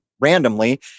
randomly